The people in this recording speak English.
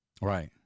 Right